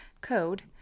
code